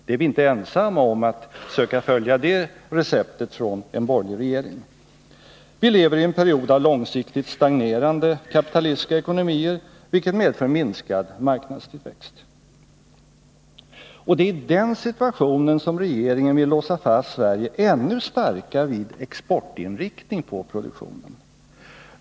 Vi är inte ensamma om att söka följa det receptet från en borgerlig regering. Vi lever i en period av långsiktigt stagnerande kapitalistiska ekonomier, vilket medför minskad marknadstillväxt. I denna situation vill regeringen låsa fast Sverige ännu starkare vid exportinriktning på produktionen.